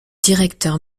directeur